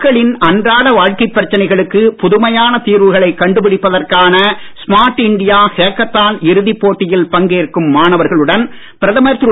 மக்களின் அன்றாட வாழ்க்கைப் பிரச்சனைகளுக்கு புதுமையான தீர்வுகளை கண்டு பிடிப்பதற்கான ஸ்மார்ட் இண்டியா ஹேக்கத்தான் இறுதிப் போட்டியில் பங்கேற்கும் மாணவர்களுடன் பிரதமர் திரு